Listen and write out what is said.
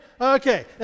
Okay